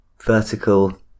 vertical